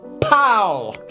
Pow